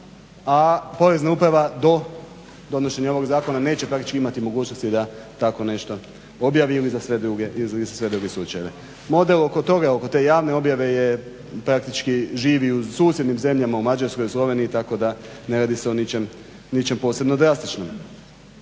a Porezna uprava do donošenja ovog zakona neće praktički imati mogućnosti da tako nešto objavi ili za sve druge slučajeve. Model oko toga, oko te javne objave praktički živi u susjednim zemljama u Mađarskoj i Sloveniji tako da ne radi se o ničem posebno drastičnom.